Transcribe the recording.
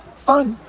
fun.